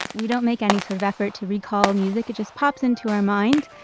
we don't make any sort of effort to recall music, it just pops into our mind,